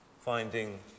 finding